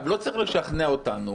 לא צריך לשכנע אותנו